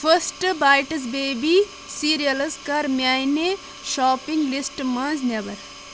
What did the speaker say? first bites baby cereals کَر میانہِ shopping لسٹہٕ منٛز نٮ۪بر